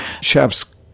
chefs